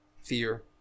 fear